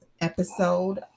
episode